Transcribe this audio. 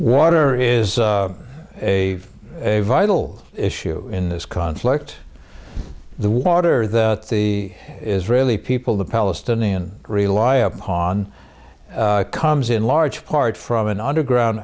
water is a vital issue in this conflict the water that the israeli people the palestinians rely upon comes in large part from an underground